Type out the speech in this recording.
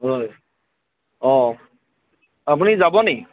হয় অঁ আপুনি যাব নেকি